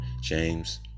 James